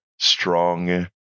strong